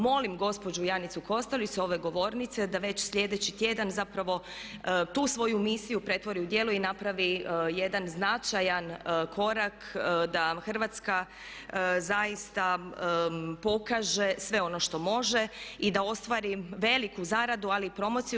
Molim gospođu Janicu Kostelić sa ove govornice da već sljedeći tjedan zapravo tu svoju misiju pretvori u djelo i napravi jedan značajan korak da Hrvatska zaista pokaže sve ono što može i da ostvari veliku zaradu ali i promociju.